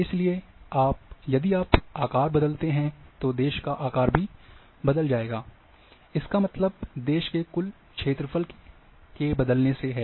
इसलिए यदि आप आकार बदलते हैं तो देश का आकार भी बदल जाएगा इसका मतलब देश के कुल क्षेत्रफल के बदलने से है